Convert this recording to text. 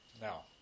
Now